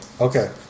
Okay